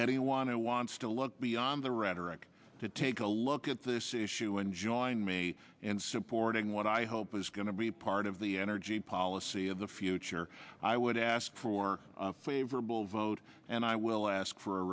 anyone who wants to look beyond the rhetoric to take a look at this issue and join me and supporting what i hope is going to be part of the energy policy of the future i would ask for a favorable vote and i will ask for a